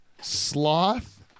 sloth